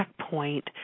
checkpoint